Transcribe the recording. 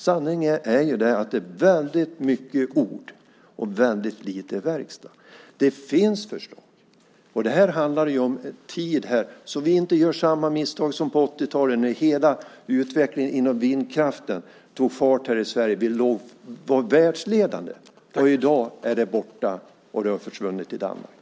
Sanningen är att det är väldigt mycket ord och väldigt lite verkstad. Det finns förslag. Och detta handlar om tid, så att vi inte gör samma misstag som på 80-talet då hela utvecklingen inom vindkraften tog fart här i Sverige och vi var världsledande. Men i dag är det borta, och det har försvunnit till Danmark.